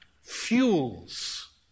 fuels